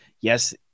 Yes